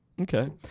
Okay